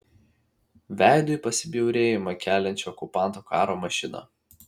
veidu į pasibjaurėjimą keliančią okupanto karo mašiną